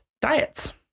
diets